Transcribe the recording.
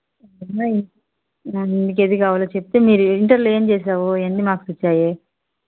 మీకు ఏది కావాలో చెప్తే మీరు ఇంటర్లో ఏం చేసావు ఎన్ని మార్క్స్ వచ్చాయి